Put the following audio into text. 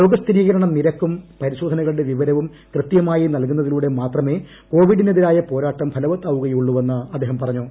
രോഗസ്ഥിരീകരണ നിരക്കും പരിശോഷൻക്കളുടെ വിവരവും കൃത്യമായി നൽകുന്നതിലൂടെ മാത്രൂർമ്മ കോവിഡിനെതിരായ പോരാട്ടം ഫലവത്താവുകയുള്ളൂർഖ്ണ് അദ്ദേഹം പറഞ്ഞു